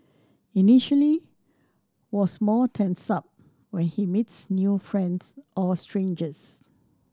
initially was more tensed up when he meets new friends or strangers